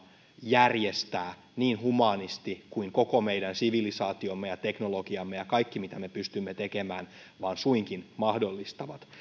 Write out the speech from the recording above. järjestää niin humaanisti kuin koko meidän sivilisaatiomme ja teknologiamme ja kaikki mitä me pystymme tekemään vain suinkin mahdollistavat